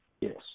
Yes